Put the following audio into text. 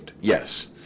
Yes